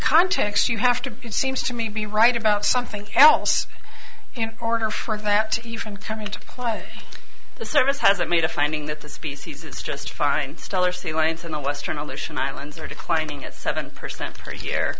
context you have to seems to me to be right about something else in order for that to you from coming to play the service hasn't made a finding that the species is just fine stellar sea lions in a western aleutian islands are declining at seven percent per year